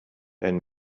dein